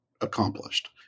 accomplished